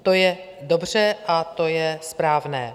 To je dobře a to je správné.